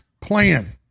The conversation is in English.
plan